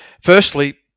Firstly